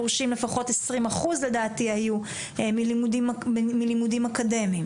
פורשים עשרים אחוז מלימודים אקדמיים.